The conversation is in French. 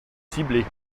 ciblée